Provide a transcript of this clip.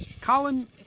Colin